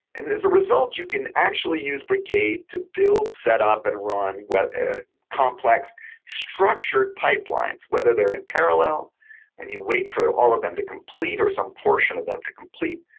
and as a result you can actually use brigade to build set up and run complex structured pipelines, whether they're and parallel and you wait for all of them to complete or some portion of them to complete,